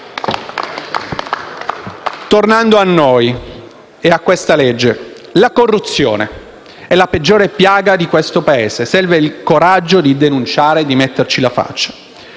Tornando a noi e a questa legge, la corruzione è la peggiore piaga di questo Paese; serve il coraggio di denunciare e di metterci la faccia.